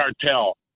cartel